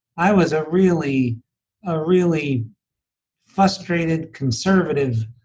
i was a really ah really frustrated conservative,